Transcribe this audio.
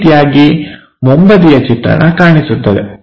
ಈ ರೀತಿಯಾಗಿ ಮುಂಬದಿಯ ಚಿತ್ರಣ ಕಾಣಿಸುತ್ತದೆ